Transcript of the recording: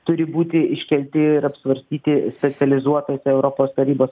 turi būti iškelti ir apsvarstyti specializuotuose europos tarybos